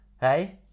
hey